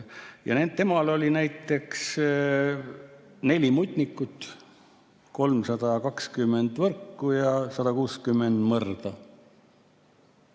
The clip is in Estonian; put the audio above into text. aga temal oli näiteks neli mutnikut, 320 võrku ja 160 mõrda.